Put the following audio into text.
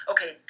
Okay